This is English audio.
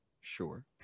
sure